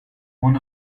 one